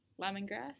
lemongrass